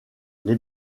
les